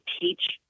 teach